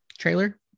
trailer